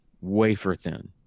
Wafer-thin